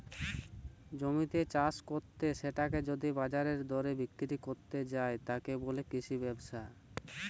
জমিতে চাষ কত্তে সেটাকে যদি বাজারের দরে বিক্রি কত্তে যায়, তাকে বলে কৃষি ব্যবসা